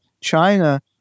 China